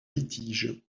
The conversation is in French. litige